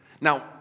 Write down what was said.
Now